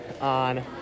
on